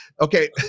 Okay